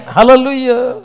Hallelujah